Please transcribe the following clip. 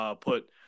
put